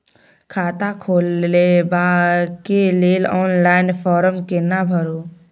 खाता खोलबेके लेल ऑनलाइन फारम केना भरु?